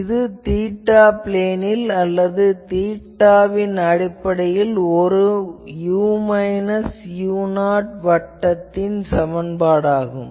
இது தீட்டா பிளேனில் அல்லது தீட்டாவின் அடிப்படையில் இது ஒரு u மைனஸ் u0 என்ற வட்டத்தின் சமன்பாடாகும்